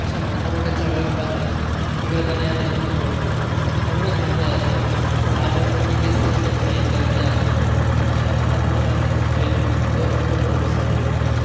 अशा मोठ्या मोठ्या चळवळी उभा करत इंग्रजांना या देशातनं पळून लावलं म्हणूनच म्हटलं जातं साबरमती के संत तुने कर दिया कमाल अशा महात्मा गांधींची जयंती दोन ऑक्टोबर रोजी साजरी होते